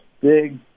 big